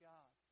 God